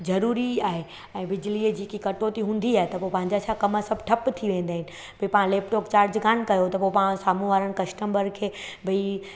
ज़रूरी आहे ऐं बिजलीअ जेकी कटौती हूंदी आहे त पंहिंजा छा सभु कमु ठप थी वेंदा आहियूं बि पाण लैप्टॉप चार्ज कान कयो त पाण साम्हूं वारनि कस्टंबर में खे भई